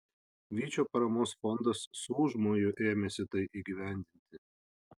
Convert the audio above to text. vyčio paramos fondas su užmoju ėmėsi tai įgyvendinti